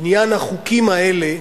עניין החוקים האלה,